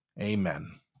amen